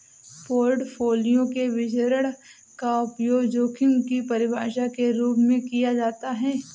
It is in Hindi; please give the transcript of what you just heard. पोर्टफोलियो के विचरण का उपयोग जोखिम की परिभाषा के रूप में किया जाता है